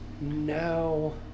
No